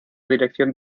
dirección